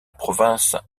province